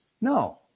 No